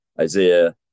Isaiah